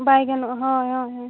ᱵᱟᱭ ᱜᱟᱱᱚᱜᱼᱟ ᱦᱳᱭ ᱦᱳᱭ ᱦᱳᱭ